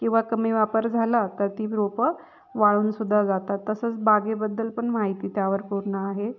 किंवा कमी वापर झाला तर ती रोपं वाळून सुद्धा जातात तसंच बागेबद्दल पण माहिती त्यावर पूर्ण आहे